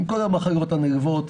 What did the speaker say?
עם כל המחלות הנלוות.